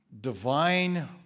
divine